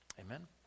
Amen